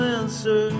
answer